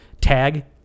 tag